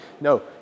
No